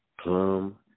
Plum